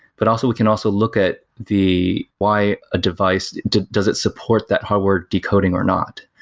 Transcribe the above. but also we can also look at the why a device does does it support that hardware decoding, or not?